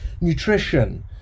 nutrition